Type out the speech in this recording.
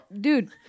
dude